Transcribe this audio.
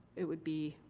it would be,